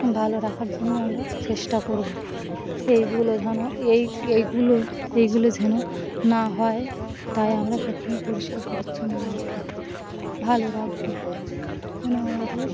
ভালো রাখার জন্য আমরা চেষ্টা করবো এইগুলো যেন এই এইগুলো এইগুলো যেন না হয় তাই আমরা সব সময় পরিষ্কার পরিচ্ছন্ন রাখবো ভালো রাখবো যেন আমাদের